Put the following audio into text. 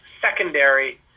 secondary